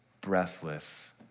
breathless